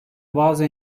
bazı